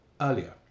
earlier